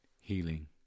healing